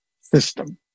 system